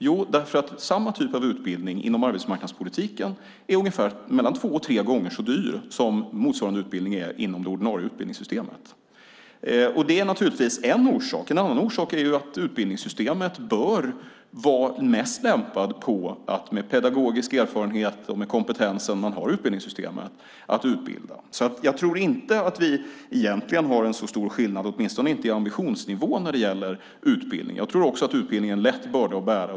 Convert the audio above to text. Jo, för att samma typ av utbildning inom arbetsmarknadspolitiken är mellan två och tre gånger så dyr som motsvarande utbildning är inom det ordinarie utbildningssystemet. Det är en orsak. En annan orsak är att utbildningssystemet på grund av pedagogisk erfarenhet och kompetens bör vara mest lämpat att utbilda. Jag tror inte att skillnaden mellan oss är så stor, åtminstone inte i ambitionsnivå, när det gäller utbildning. Jag tror också att utbildning är en lätt börda att bära.